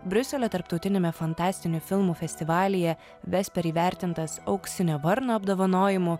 briuselio tarptautiniame fantastinių filmų festivalyje vesper įvertintas auksinio varno apdovanojimu